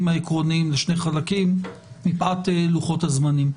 העקרוניים לשני חלקים מפאת לוחות הזמנים.